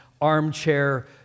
armchair